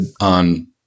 on